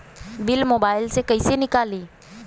Bill mobile से कईसे निकाली?